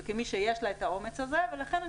וכמי שיש לה את האומץ הזה ולכן אני